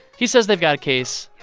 he says they've got a case.